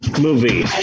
movie